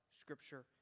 Scripture